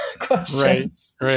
questions